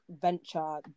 venture